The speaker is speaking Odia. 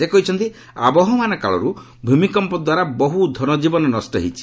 ସେ କହିଛନ୍ତି ଆବହମାନ କାଳରୁ ଭୂମିକମ୍ପଦ୍ୱାରା ବହୁ ଧନଜୀବନ ନଷ୍ଟ ହୋଇଛି